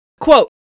quote